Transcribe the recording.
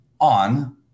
on